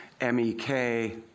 MEK